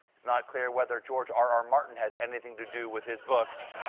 it's not clear whether george r r. martin has anything to do with his books.